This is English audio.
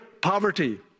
poverty